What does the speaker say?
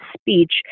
speech